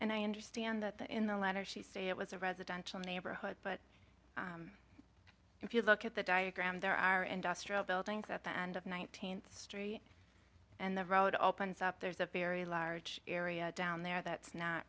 and i understand that in the letter she say it was a residential neighborhood but if you look at the diagram there are industrial buildings at the end of nineteenth street and the road opens up there's a very large area down there that's not